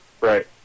Right